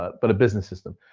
but a business system.